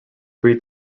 three